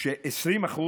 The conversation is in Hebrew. של 20%,